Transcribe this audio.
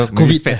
covid